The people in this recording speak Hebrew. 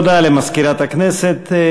תודה למזכירת הכנסת.